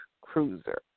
cruiser